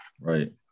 right